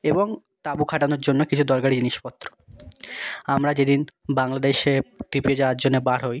এবং তাঁবু খাটানোর জন্য কিছু দরকারি জিনিসপত্র আমরা যেদিন বাংলাদেশে ট্রিপে যাওয়ার জন্যে বার হই